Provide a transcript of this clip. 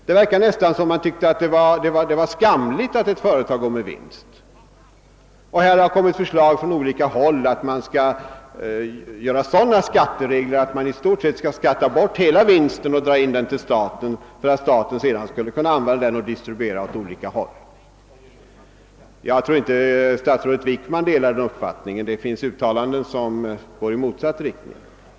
Det verkar nästan som om man tycker, att det är skamligt att ett företag går med vinst, och det har från olika håll föreslagits, att det skall skapas sådana skatteregler att nästan hela vinsten skattas bort till staten, för att staten sedan skall kunna distribuera den åt olika håll. Jag tror inte att statsrådet Wickman delar den uppfattningen; det finns från hans sida uttalanden i motsatt riktning.